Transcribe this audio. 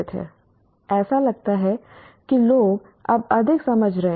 ऐसा लगता है कि लोग अब अधिक समझ रहे हैं